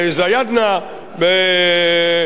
צפונית לרהט.